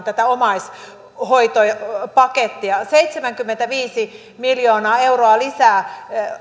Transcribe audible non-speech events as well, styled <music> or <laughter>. <unintelligible> tätä omaishoitopakettia seitsemänkymmentäviisi miljoonaa euroa lisää